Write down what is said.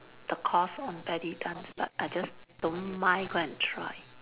the course on belly dance but I just don't mind go and try